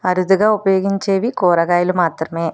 అరుదుగా ఉపయోగించేవి కూరగాయలు మాత్రమే